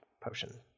potion